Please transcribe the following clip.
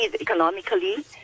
economically